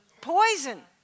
Poison